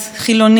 חילונית,